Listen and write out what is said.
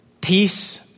Peace